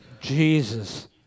Jesus